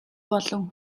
болон